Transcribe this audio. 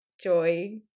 joy